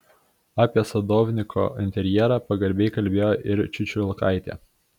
apie sadovniko interjerą pagarbiai kalbėjo ir čiučiulkaitė